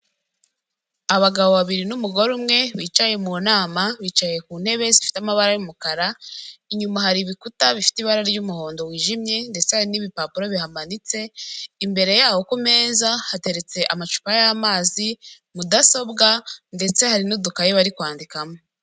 Abagabo babiri n'umugore umwe bicaye mu nama, bicaye ku ntebe zifite amabara y'umukara, inyuma hari ibikuta bifite ibara ry'umuhondo wijimye ndetse hari n'ibipapuro bihamanitse, imbere yabo ku meza hateretse amacupa y'amazi, mudasobwa, ndetse hari n'udukayi bari kwandikamo.